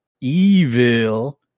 evil